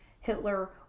Hitler